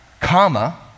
comma